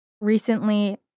recently